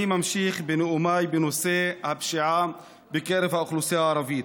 אני ממשיך בנאומיי בנושא הפשיעה בקרב האוכלוסייה הערבית.